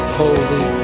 holy